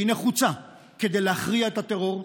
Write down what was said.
שהיא נחוצה כדי להכריע את הטרור,